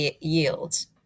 yields